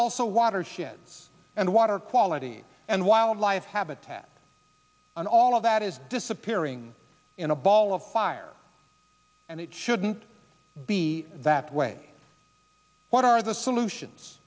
also watershed and water quality and wildlife habitat and all of that is appearing in a ball of fire and it shouldn't be that way what are the solutions